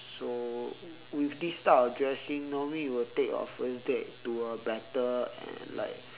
so with this type of dressing normally you will take your first date to a better and like